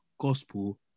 gospel